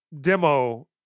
demo